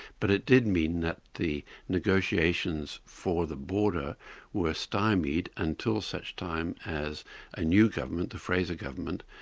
but it did mean that the negotiations for the border were stymied until such time as a new government, the fraser government,